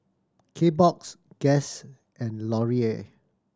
Kbox Guess and Laurier